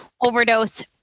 Overdose